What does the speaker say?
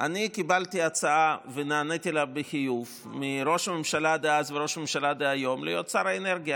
אני קיבלתי הצעה מראש הממשלה דאז וראש הממשלה היום להיות שר האנרגיה,